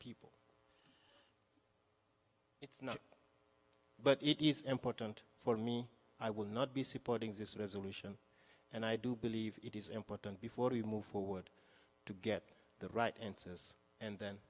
people it's not but it is important for me i will not be supporting this resolution and i do believe it is important before you move forward to get the right an